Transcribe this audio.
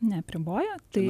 neapriboja tai